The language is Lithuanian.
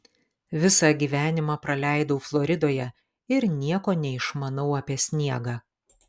visą gyvenimą praleidau floridoje ir nieko neišmanau apie sniegą